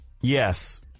Yes